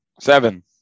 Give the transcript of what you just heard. Seven